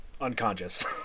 unconscious